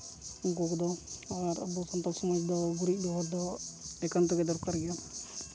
ᱩᱱᱠᱩ ᱠᱚᱫᱚ ᱟᱨ ᱟᱵᱚ ᱥᱟᱱᱛᱟᱲ ᱥᱚᱢᱟᱡᱽ ᱫᱚ ᱜᱩᱨᱤᱡ ᱵᱮᱵᱚᱦᱟᱨ ᱫᱚ ᱮᱠᱟᱱᱛᱚ ᱜᱮ ᱫᱚᱨᱠᱟᱨ ᱜᱮᱭᱟ